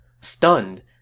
Stunned